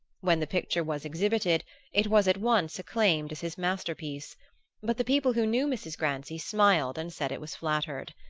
when the picture was exhibited it was at once acclaimed as his masterpiece but the people who knew mrs. grancy smiled and said it was flattered.